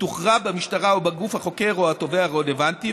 תוכרע במשטרה או בגוף החוקר או התובע הרלוונטי,